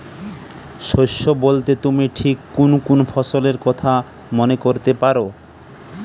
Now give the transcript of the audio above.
শস্য বোলতে তুমি ঠিক কুন কুন ফসলের কথা মনে করতে পার?